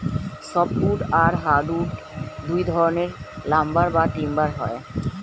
soft wood আর hard wood দুই ধরনের লাম্বার বা টিম্বার হয়